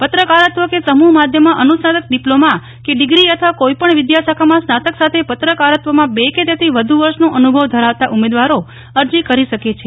પત્રકારત્વ કે સમૂહ માધ્યમમાં અનુસ્નાતક ડીપ્લોમા કે ડીગ્રી અથવા કોઈપણ વિદ્યાશાખામાં સ્નાતક સાથે પત્રકારત્વમાં બે કે તેથી વ્ધુ વર્ષનો અનુભવ ધરાવતા ઉમેદવારો અરજી કરી શકે છે